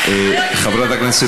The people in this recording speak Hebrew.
לא יודעים לנקות.